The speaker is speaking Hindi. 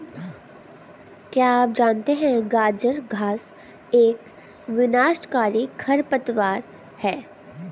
क्या आप जानते है गाजर घास एक विनाशकारी खरपतवार है?